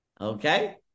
Okay